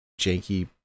janky